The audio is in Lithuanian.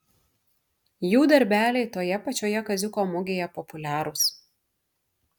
jų darbeliai toje pačioje kaziuko mugėje populiarūs